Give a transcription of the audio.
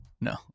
No